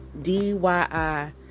DYI